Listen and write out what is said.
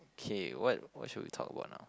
K what what should we talk about now